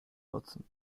nutzen